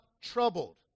troubled